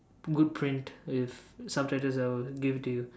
good print with subtitles I will give it to you